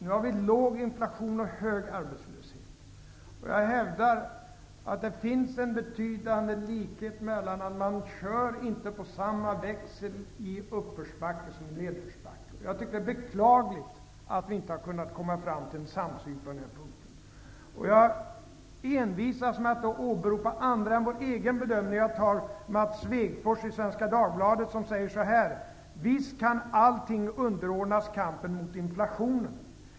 Nu har vi låg inflation och hög arbetslöshet. Jag hävdar att det finns en betydande likhet mellan att inte köra på samma växel i uppförsbacke som i nedförsbacke. Det är beklagligt att vi inte har kunnat komma fram till en samsyn på den här punkten. Jag envisas med att åberopa andras bedömingar än vår egen. Mats Svegfors säger i Svenska Dagbladet så här: Visst kan allting underordnas kampen mot inflationen.